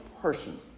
person